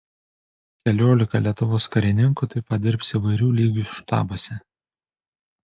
keliolika lietuvos karininkų taip pat dirbs įvairių lygių štabuose